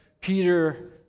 Peter